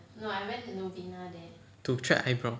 to thread eyebrow